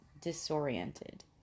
disoriented